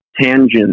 tangent